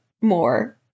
more